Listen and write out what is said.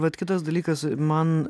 vat kitas dalykas man